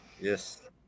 Yes